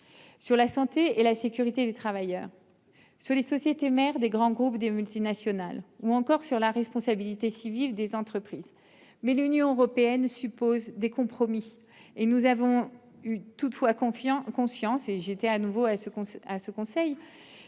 Sur la santé et la sécurité des travailleurs. Sur les sociétés mères des grands groupes des multinationales, ou encore sur la responsabilité civile des entreprises. Mais l'Union européenne suppose des compromis et nous avons eu toutefois confiant conscience et j'étais à nouveau à ce qu'on